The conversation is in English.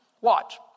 Watch